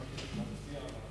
מסכים.